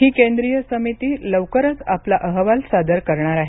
ही केंद्रीय समिती लवकरच आपला अहवाल सादर करणार आहे